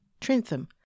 Trentham